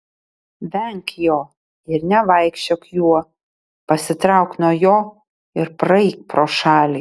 venk jo ir nevaikščiok juo pasitrauk nuo jo ir praeik pro šalį